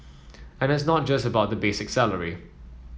and it's not just about the basic salary